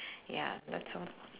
ya that's all